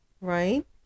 right